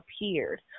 appeared